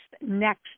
next